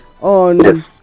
on